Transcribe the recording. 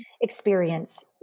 experience